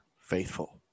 faithful